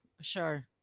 sure